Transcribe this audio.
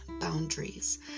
boundaries